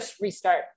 restart